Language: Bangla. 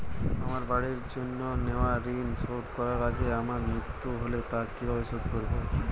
আমার বাড়ির জন্য নেওয়া ঋণ শোধ করার আগে আমার মৃত্যু হলে তা কে কিভাবে শোধ করবে?